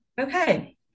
okay